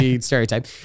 stereotype